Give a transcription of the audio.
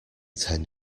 ten